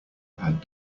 had